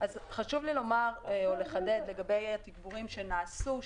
חשוב לי לומר או לחדד לגבי התגבורים שנעשו,